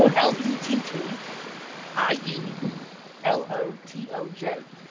and l e t t i e l o t o j,